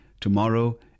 tomorrow